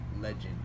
Legend